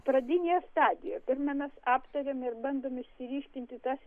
pradinė stadija pirma mes aptariam ir bandom išsiryškinti tas